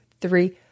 three